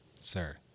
Sir